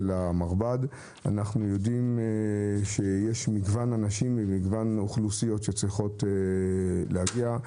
המרב"ד אנחנו יודעים שיש מגוון אנשים ממגוון אוכלוסיות שצריכות להגיע.